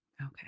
okay